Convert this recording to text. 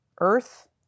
earth